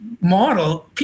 model